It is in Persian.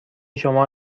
شما